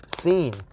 seen